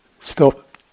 Stop